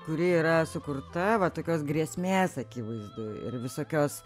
kuri yra sukurta va tokios grėsmės akivaizdoj ir visokios